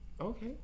Okay